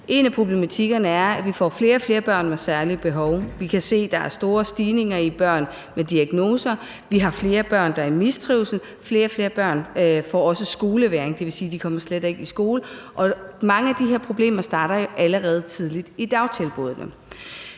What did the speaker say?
Et af problemerne er, at vi får flere og flere børn med særlige behov; vi kan se, at der er store stigninger i antallet af børn med diagnoser. Vi har flere børn, der er i mistrivsel. Flere og flere børn får også skolevægring, dvs. at de slet ikke kommer i skole. Og mange af de her problemer starter jo allerede tidligt i dagtilbuddene.